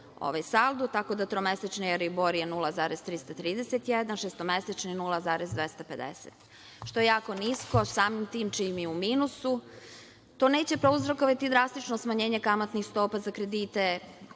saldu, tako da je tromesečni euribor 0,331, šestomesečni 0,250, što je jako nisko, a samim tim je u minusu. To neće prouzrokovati drastično smanjenje kamatnih stopa za kredite